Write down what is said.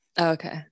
Okay